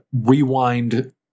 rewind